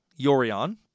Yorion